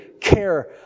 care